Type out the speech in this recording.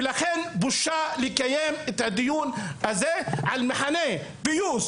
ולכן בושה לקיים את הדיון הזה על מחנה פיוס